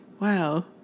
wow